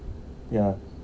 yeah